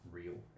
real